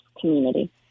community